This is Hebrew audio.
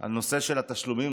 על נושא התשלומים.